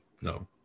No